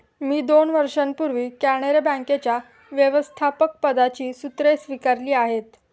मी दोन वर्षांपूर्वी कॅनरा बँकेच्या व्यवस्थापकपदाची सूत्रे स्वीकारली आहेत